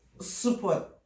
support